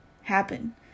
happen